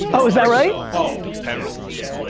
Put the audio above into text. oh, is that right? oh, pissed, yeah.